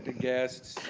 guests.